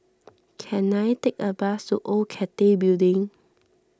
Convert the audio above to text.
can I take a bus to Old Cathay Building